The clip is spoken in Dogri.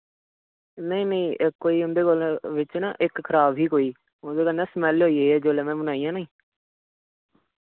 नेईं नेईं एह् कोई उं'दे कोला बिच ना इक खराब ही कोई उ'दे कन्नै स्मैल्ल होई ही जुल्लै मैं बनाइयां नी